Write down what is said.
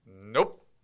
Nope